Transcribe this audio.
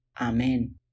Amen